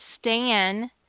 Stan